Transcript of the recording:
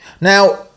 now